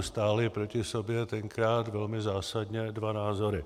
Stáli proti sobě tenkrát, velmi zásadně, dva názory.